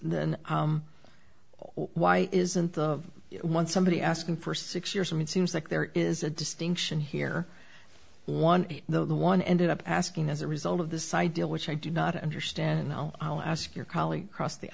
then why isn't the one somebody asking for six years i mean seems like there is a distinction here one the one ended up asking as a result of this idea which i do not understand now i'll ask your colleague crossed the